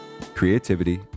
Creativity